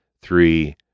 three